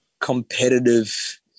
competitive